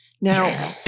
Now